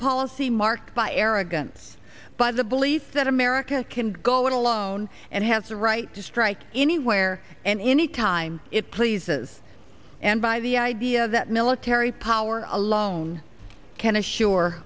marked by arrogance by the belief that america can go it alone and has a right to strike anywhere and anytime it pleases and by the idea that military power alone can assure